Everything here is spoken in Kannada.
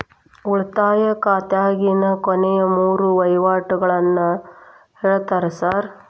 ಉಳಿತಾಯ ಖಾತ್ಯಾಗಿನ ಕೊನೆಯ ಮೂರು ವಹಿವಾಟುಗಳನ್ನ ಹೇಳ್ತೇರ ಸಾರ್?